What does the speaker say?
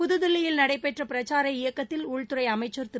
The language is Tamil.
புதுதில்லியில் நடைபெற்ற பிரச்சார இயக்கத்தில் உள்துறை அமைச்சர் திரு